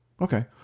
Okay